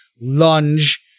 lunge